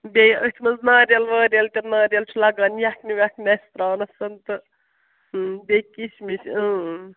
بیٚیہِ أتھۍ منٛز ناریَل واریل تہِ ناریَل چھِ لَگان یَکھ نہٕ وٮ۪کھ آسہِ ترٛاوانَس تہٕ بیٚیہِ کِشمِش